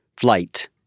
flight